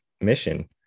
mission